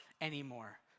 anymore